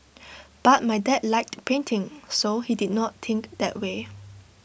but my dad liked painting so he did not think that way